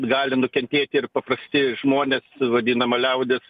gali nukentėti ir paprasti žmonės vadinama liaudis